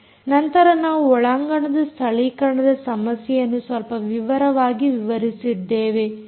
ನಂತರ ನಾವು ಒಳಾಂಗಣ ಸ್ಥಳೀಕರಣದ ಸಮಸ್ಯೆಯನ್ನು ಸ್ವಲ್ಪ ವಿಸ್ತಾರವಾಗಿ ವಿವರಿಸಿದ್ದೇವೆ